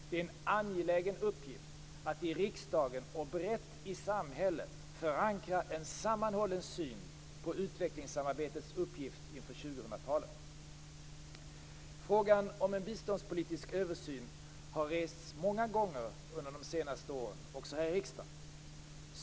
Det är en angelägen uppgift att i riksdagen och brett i samhället förankra en sammanhållen syn på utvecklingssamarbetets uppgifter inför 2000 Frågan om en biståndspolitisk översyn har rests många gånger under de senaste åren, också här i riksdagen.